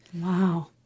Wow